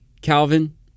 Calvin